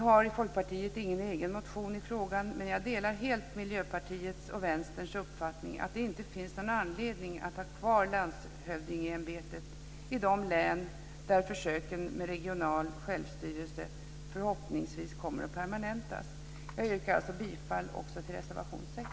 Folkpartiet har ingen egen motion i frågan, men jag delar helt Miljöpartiets och Vänsterns uppfattning att det inte finns någon anledning att ha landshövdingeämbetet kvar i de län där försök pågår med regional självstyrelse, försök som förhoppningsvis ska permanentas. Jag yrkar alltså bifall också till reservation 6.